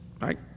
right